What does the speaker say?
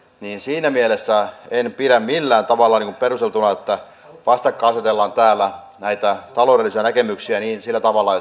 siinä mielessä en pidä millään tavalla perusteltuna että vastakkainasetellaan täällä näitä taloudellisia näkemyksiä sillä tavalla